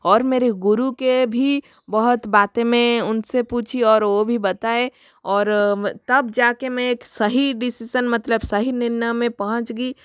और मेरे गुरु के भी बहुत बातें में उन से पूछी और वो भी बताए और तब जा कर मैं एक सही डिसीसन मतलब सही निर्णय में पहुँच गई